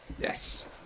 yes